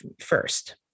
first